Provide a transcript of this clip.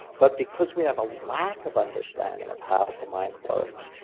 but because we have a lack of understanding of how the mind works,